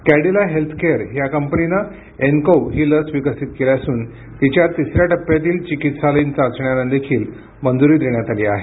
Cadila healthcare ही कंपनीने एनकोव ही लस विकसित केली असून तिच्या तिसऱ्या टप्प्यातील चिकित्सालयीन चाचण्यांना देखील मंजुरी देण्यात आली आहे